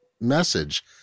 message